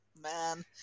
man